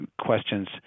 questions